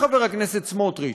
חבר הכנסת סמוטריץ,